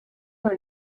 were